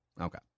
Okay